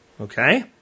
okay